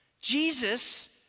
Jesus